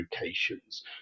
locations